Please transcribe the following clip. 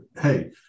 hey